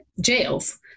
jails